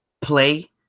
play